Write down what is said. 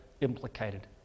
implicated